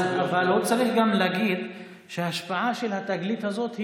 אבל הוא צריך גם להגיד שההשפעה של התגלית הזאת היא